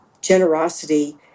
generosity